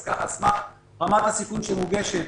על סמך רמת הסיכון המורגשת,